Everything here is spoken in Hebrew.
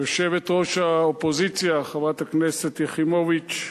יושבת-ראש האופוזיציה חברת הכנסת יחימוביץ,